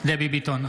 דבי ביטון,